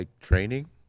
training